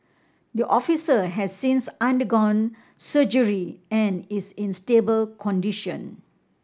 the officer has since undergone surgery and is in stable condition